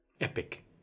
Epic